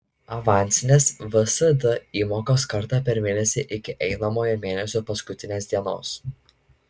avansinės vsd įmokos kartą per mėnesį iki einamojo mėnesio paskutinės dienos